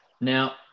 Now